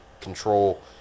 control